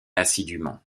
assidûment